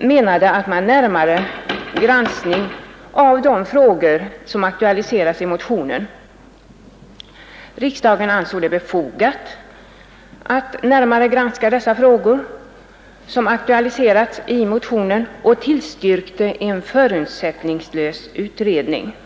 med en närmare granskning av de frågor som aktualiserats i motionen. Också riksdagen ansåg det befogat att närmare granska frågorna och tillstyrkte en förutsättningslös utredning.